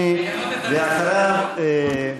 אדוני,